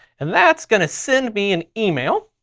and that's gonna send me an email.